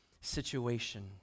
situation